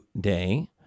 Day